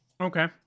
Okay